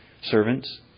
servants